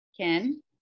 Ken